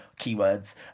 keywords